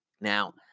Now